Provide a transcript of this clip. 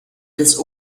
des